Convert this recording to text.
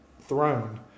throne